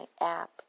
app